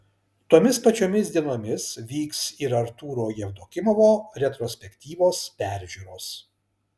tomis pačiomis dienomis vyks ir artūro jevdokimovo retrospektyvos peržiūros